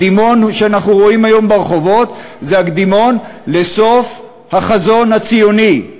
הקדימון שאנחנו רואים היום ברחובות זה הקדימון לסוף החזון הציוני.